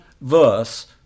verse